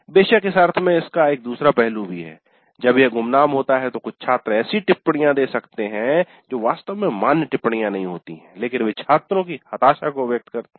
बेशक इस अर्थ में इसका एक दूसरा पहलू भी है कि जब यह गुमनाम होता है तो कुछ छात्र ऐसी टिप्पणियां दे सकते हैं जो वास्तव में मान्य टिप्पणियां नहीं होती हैं लेकिन वे छात्रों की हताशा को व्यक्त करते हैं